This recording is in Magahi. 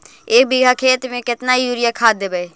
एक बिघा खेत में केतना युरिया खाद देवै?